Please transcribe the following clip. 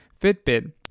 Fitbit